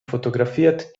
fotografiert